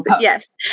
yes